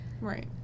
Right